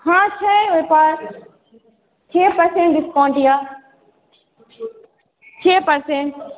हँ छै ओहिपर छे परसेन्ट डिस्काउण्ट यऽ छे परसेन्ट